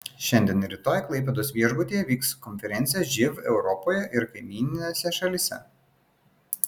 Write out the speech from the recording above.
šiandien ir rytoj klaipėdos viešbutyje vyks konferencija živ europoje ir kaimyninėse šalyse